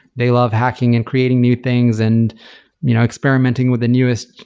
they love hacking and creating new things and you know experimenting with the newest,